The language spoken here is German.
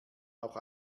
auch